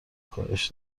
کاهش